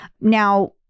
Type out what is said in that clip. Now